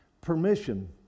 permission